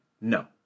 no